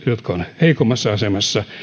jotka ovat heikommassa asemassa